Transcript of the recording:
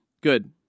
Good